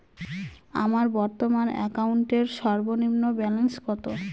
আমার বর্তমান অ্যাকাউন্টের সর্বনিম্ন ব্যালেন্স কত?